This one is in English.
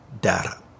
data